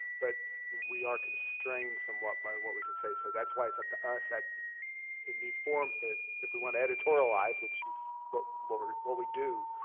but we are constrained somewhat by what we can say so that's why it's up to us in these forums that if we want to editorialize, which is but what we what we do,